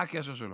מה הקשר שלו?